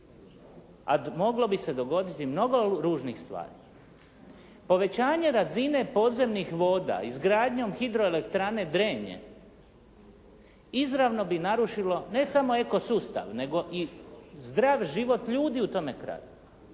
a moglo bi se dogoditi mnogo ružnih stvari. Povećanje razine podzemnih voda izgradnjom hidroelektrane Drenje izravno bi narušilo ne samo eko sustav nego i zdrav život ljudi u tome kraju.